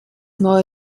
neue